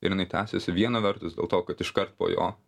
ir jinai tęsiasi viena vertus dėl to kad iškart po jo